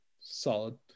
Solid